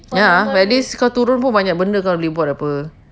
ya but at least kau turun pun banyak barang kau boleh buat apa